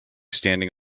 standing